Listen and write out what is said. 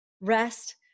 Rest